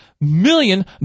million